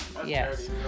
Yes